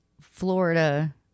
Florida